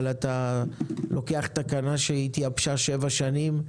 אבל אתה לוקח תקנה שהתייבשה שבע שנים,